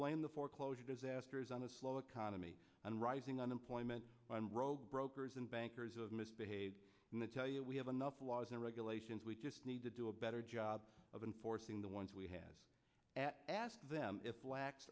blame the foreclosure disasters on the slow economy and rising unemployment one role brokers and bankers of mis behave and they tell you we have enough laws and regulations we just need to do a better job of enforcing the ones we have asked them if bla